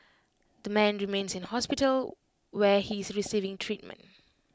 the man remains in hospital where he is receiving treatment